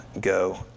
go